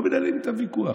לא מנהלים איתם ויכוח.